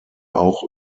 auch